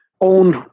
own